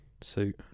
suit